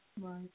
Right